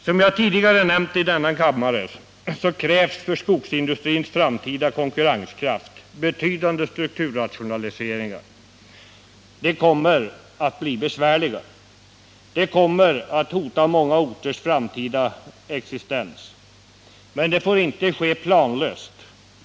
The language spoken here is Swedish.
Som jag tidigare nämnt i denna kammare, krävs för skogsindustrins framtida konkurrenskraft betydande strukturrationaliseringar. De kommer att bli besvärliga. De kommer att hota många orters framtida existens. Men de får inte ske planlöst.